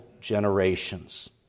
generations